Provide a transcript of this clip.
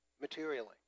materially